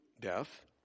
death